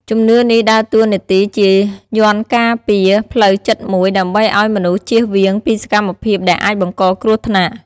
ជំនឿនេះដើរតួនាទីជាយន្តការការពារផ្លូវចិត្តមួយ ដើម្បីឲ្យមនុស្សជៀសវាងពីសកម្មភាពដែលអាចបង្កគ្រោះថ្នាក់។